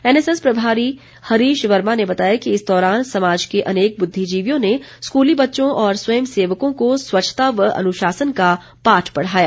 NSS प्रभारी हरीश वर्मा ने बताया कि इस दौरान समाज के अनेक बुद्धिजीवियों ने स्कूली बच्चों और स्वयं सेवकों को स्वच्छता व अनुशासन का पाठ पढ़ाया